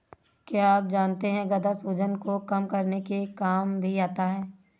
क्या आप जानते है गदा सूजन को कम करने के काम भी आता है?